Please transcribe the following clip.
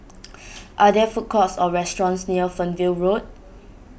are there food courts or restaurants near Fernvale Road